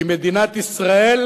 כי מדינת ישראל,